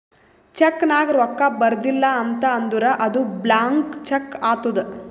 check ನಾಗ್ ರೊಕ್ಕಾ ಬರ್ದಿಲ ಅಂತ್ ಅಂದುರ್ ಅದು ಬ್ಲ್ಯಾಂಕ್ ಚೆಕ್ ಆತ್ತುದ್